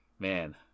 Man